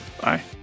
Bye